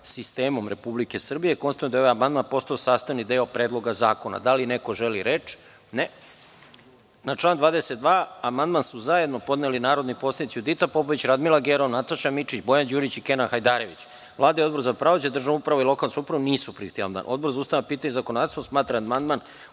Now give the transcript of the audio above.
sistemom Republike Srbije, konstatujem da je ovaj amandman postao sastavni deo Predloga zakona. Da li neko želi reč? (Ne.)Na član 22. amandman su zajedno podneli narodni poslanici Judita Popović, Radmila Gerov, Nataša Mićić, Bojan Đurić i Kenan Hajdarević. Vlada i Odbor za pravosuđe, državnu upravu i lokalnu samoupravu nisu prihvatili amandman. Odbor za ustavna pitanja i zakonodavstvo smatra da